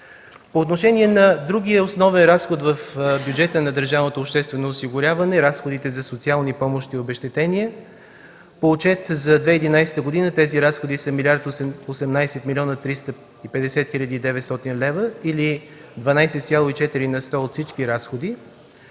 По отношение на другия основен разход в бюджета на държавното обществено осигуряване – разходите за социални помощи и обезщетения, по отчет за 2011 г. тези разходи са 1 млрд. 018 млн. 350 хил. и 900 лв. или 12,4 на сто от всички разходи.